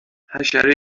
حشره